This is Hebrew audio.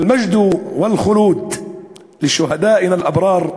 (אומר דברים בשפה הערבית,